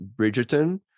Bridgerton